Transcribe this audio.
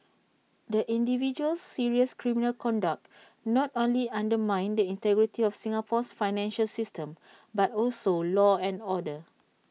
the individual's serious criminal conduct not only undermined the integrity of Singapore's financial system but also law and order